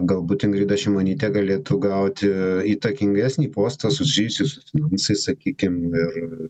galbūt ingrida šimonytė galėtų gauti įtakingesnį postą susijusį su finansais sakykim ir